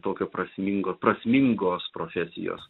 tokio prasmingo prasmingos profesijos